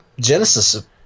Genesis